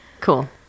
Cool